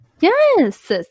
Yes